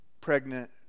pregnant